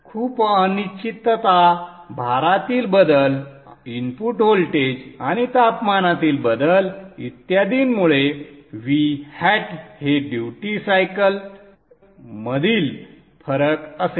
खूप अनिश्चितता भारातील बदल इनपुट व्होल्टेज आणि तापमानात बदल इत्यादींमुळे V hat हे ड्युटी सायकल मधील फरक असेल